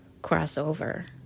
crossover